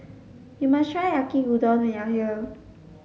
you must try Yaki Udon when you are here